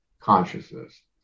consciousness